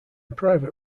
private